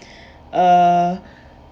uh